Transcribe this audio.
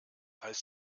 heißt